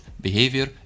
behavior